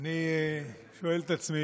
אני שואל את עצמי,